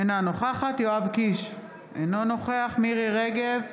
אינה נוכחת יואב קיש, אינו נוכח מירי מרים רגב,